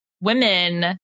women